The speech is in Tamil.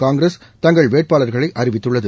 காங்கிரஸ் தங்கள் வேட்பாளர்களை அறிவித்துள்ளது